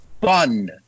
fun